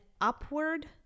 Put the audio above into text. upward